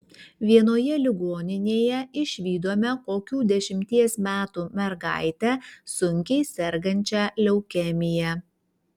vienoje ligoninėje išvydome kokių dešimties metų mergaitę sunkiai sergančią leukemija